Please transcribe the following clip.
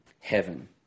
heaven